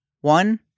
one